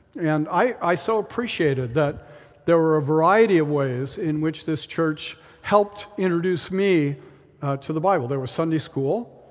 and i so appreciated that there were a variety of ways in which this church helped introduce me to the bible. there was sunday school,